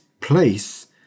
place